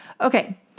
Okay